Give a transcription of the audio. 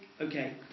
Okay